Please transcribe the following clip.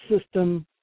system